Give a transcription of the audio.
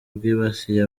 bwibasiye